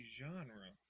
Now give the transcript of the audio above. genre